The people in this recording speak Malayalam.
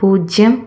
പൂജ്യം